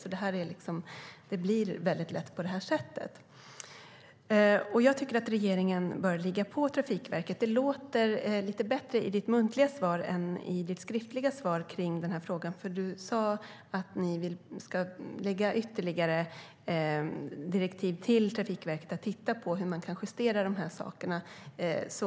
Det blir lätt på det sättet. Jag tycker att regeringen bör ligga på Trafikverket. Det låter lite bättre i ditt muntliga svar, Anna Johansson, än i ditt skriftliga svar på frågan. Du sa att ni ska lägga fram ytterligare direktiv till Trafikverket om att de ska titta på hur man kan justera de här sakerna.